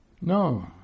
No